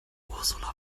ursula